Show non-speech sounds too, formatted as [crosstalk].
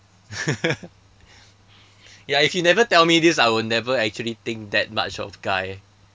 [laughs] ya if you never tell me this I would never actually think that much of guy